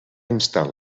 instar